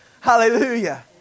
Hallelujah